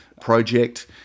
Project